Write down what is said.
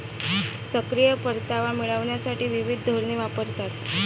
सक्रिय परतावा मिळविण्यासाठी विविध धोरणे वापरतात